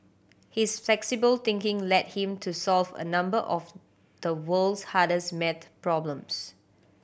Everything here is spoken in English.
his flexible thinking led him to solve a number of the world's hardest maths problems